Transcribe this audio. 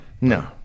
no